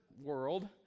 world